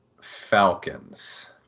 Falcons